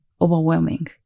overwhelming